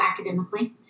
academically